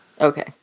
Okay